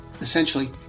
Essentially